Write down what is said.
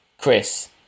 Chris